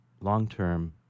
long-term